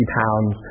pounds